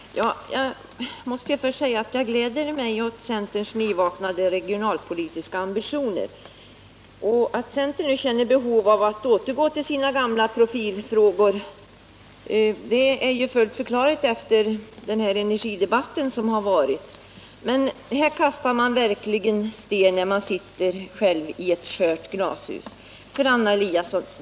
"Herr talman! Jag måste först säga att jag gläder mig åt centerns nyvaknade regionalpolitiska ambitioner. Att centern nu känner behov av att återgå till sina gamla profilfrågor är fullt förklarligt efter den energidebatt som har varit. Men här kastar man verkligen sten när man själv sitter i ett skört glashus. Anna Eliasson!